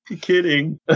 Kidding